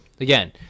again